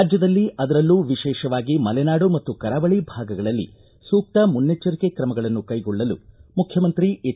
ರಾಜ್ಯದಲ್ಲಿ ಅದರಲ್ಲೂ ವಿಶೇಷವಾಗಿ ಮರೆನಾಡು ಮತ್ತು ಕರಾವಳಿ ಭಾಗಗಳಲ್ಲಿ ಸೂಕ್ತ ಮುನ್ನೆಚ್ಚರಿಕೆ ಕ್ರಮಗಳನ್ನು ಕೈಗೊಳ್ಳಲು ಮುಖ್ಯಮಂತ್ರಿ ಎಚ್